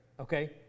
okay